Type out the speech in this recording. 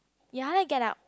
ya I like Get Out